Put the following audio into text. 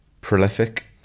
prolific